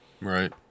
Right